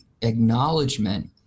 acknowledgement